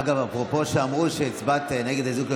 אגב, אפרופו, אמרו שהצבעת נגד האיזוק האלקטרוני,